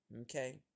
Okay